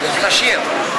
אז תשאיר.